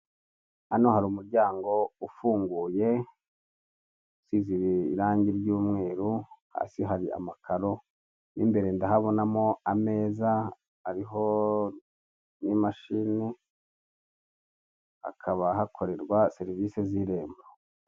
Ikiraro kinini gikomeye gifite umuhanda hejuru n'undi muhanda uca munsi yacyo, hejuru hari kunyuramo ikinyabiziga gitwara abagenzi, munsi y'ikiraro hari umuhanda uri kunyuramo ibinyabiziga bitandukanye harimo imodoka, ipikipiki n'amagare.